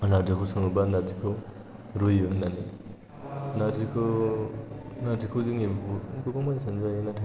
आं नारजिखौ सङोबा नारजिखौ रुयो होननानै नारजिखौ जोंनि गोबां मानसियानो जायो नाथाय